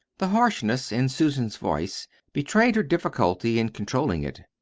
the harshness in susan's voice betrayed her difficulty in controlling it.